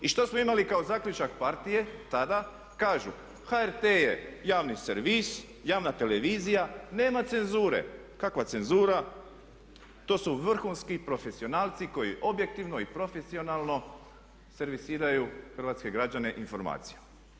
I što smo imali kao zaključak partije tada kažu HRT je javni servis, javna televizija, nema cenzure, kakva cenzura, to su vrhunski profesionalci koji objektivno i profesionalno servisiraju hrvatske građane informacijom.